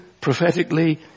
prophetically